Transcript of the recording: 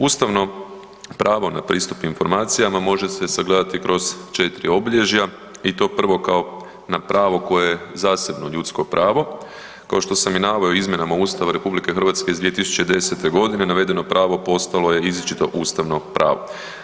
Ustavno pravo na pristup informacijama može se sagledati kroz četiri obilježja i to prvo kao na pravo koje je zasebno ljudsko pravo, kao što sam i naveo u izmjenama Ustava RH iz 2010.g. navedeno pravo postalo je izričito ustavno pravo.